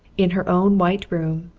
in her own white room,